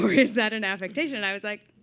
is that an affectation? and i was like,